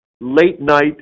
late-night